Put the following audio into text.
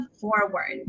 forward